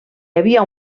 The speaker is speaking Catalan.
havia